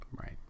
Right